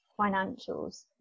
financials